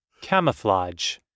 Camouflage